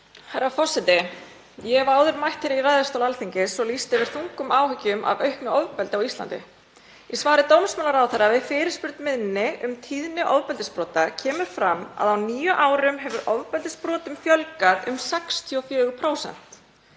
Herra forseti. Ég hef áður mætt hér í ræðustól Alþingis og lýst yfir þungum áhyggjum af auknu ofbeldi á Íslandi. Í svari dómsmálaráðherra við fyrirspurn minni um tíðni ofbeldisbrota kemur fram að á níu árum hefur ofbeldisbrotum fjölgað um 64%.